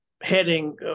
heading